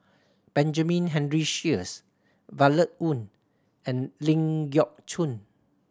Benjamin Henry Sheares Violet Oon and Ling Geok Choon